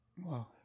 Wow